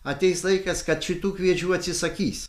ateis laikas kad šitų kviečių atsisakys